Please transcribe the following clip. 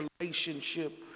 relationship